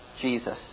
Jesus